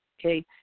okay